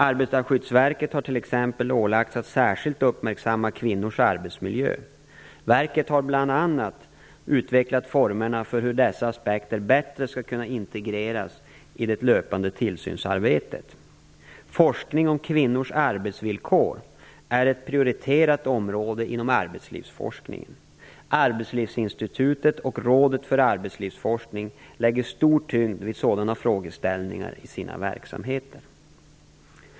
Arbetarskyddsverket har t.ex. ålagts att särskilt uppmärksamma kvinnors arbetsmiljö. Verket har bl.a. utvecklat formerna för hur dessa aspekter bättre skall kunna integreras i det löpande tillsynsarbetet. Forskning om kvinnors arbetsvillkor är ett prioriterat område inom arbetslivsforskningen. Arbetslivsinstitutet och Rådet för arbetslivsforskning lägger stor tyngd vid sådana frågeställningar i sina verksamheter.